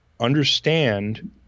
understand